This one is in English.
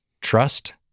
trust